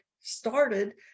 started